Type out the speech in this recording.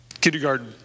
Kindergarten